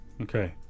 Okay